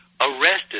arrested